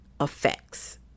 effects